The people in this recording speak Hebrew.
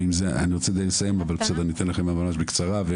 אני רוצה לסיים אבל אני אתן לכם בקצרה.